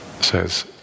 says